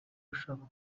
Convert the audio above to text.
ushaka